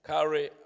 Carry